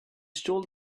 stole